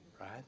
Right